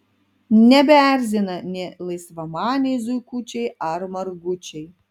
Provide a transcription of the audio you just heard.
nebeerzina nė laisvamaniai zuikučiai ar margučiai